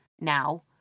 now